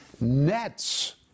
nets